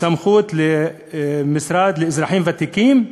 סמכות למשרד לאזרחים ותיקים: